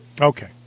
Okay